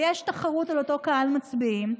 ויש תחרות על אותו קהל מצביעים,